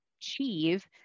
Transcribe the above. achieve